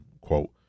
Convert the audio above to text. Quote